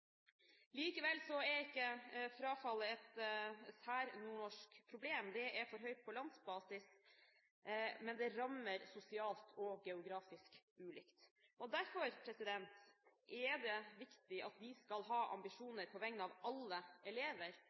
er ikke frafallet et særnordnorsk problem. Det er for høyt på landsbasis, men det rammer sosialt og geografisk ulikt. Derfor er det viktig at vi skal ha ambisjoner på vegne av alle elever,